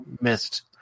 missed